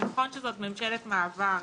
זה נכון שזאת ממשלת מעבר,